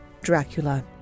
Dracula